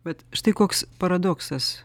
bet štai koks paradoksas